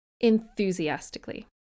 enthusiastically